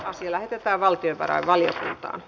asia lähetettiin valtiovarainvaliokuntaan